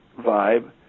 vibe